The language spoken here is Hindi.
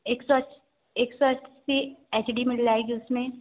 एक सौ अस एक सौ अस्सी एच डी मिल जाएगी उसमें